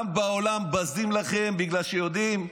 גם בעולם בזים לכם, בגלל שיודעים.